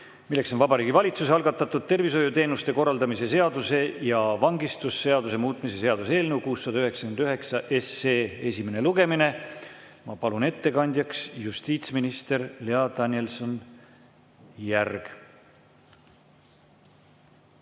nr 14, Vabariigi Valitsuse algatatud tervishoiuteenuste korraldamise seaduse ja vangistusseaduse muutmise seaduse eelnõu 699 esimene lugemine. Ma palun ettekandjaks justiitsminister Lea Danilson-Järgi.